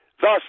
Thus